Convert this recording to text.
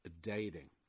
dating